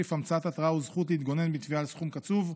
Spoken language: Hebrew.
(תחליף המצאת התראה וזכות להתגונן בתביעה על סכום קצוב),